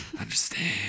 Understand